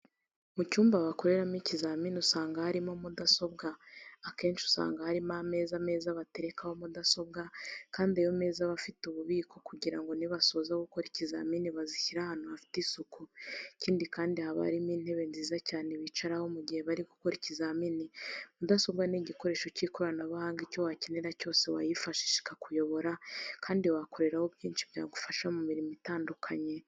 Mu cyumba bakoreramo ikizamini usanga harimo mudasobwa, akenshi usanga harimo ameza meza baterekaho mudasobwa kandi ayo meza aba afite ububiko kugira ngo nibasoza gukora ikizamini bazishyire ahantu hafite isuku, ikindi kandi haba harimo intebe nziza cyane bicaraho mu gihe bari gukora ikizamini, mudasobwa ni igikoresho cy'ikoranabuhanga icyo wakenera cyose wayifashisha ikakuyobora kandi wakoreraho byinshi byagufasha mu mirimo itandukanye.